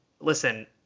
Listen